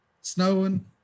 Snowing